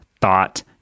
thought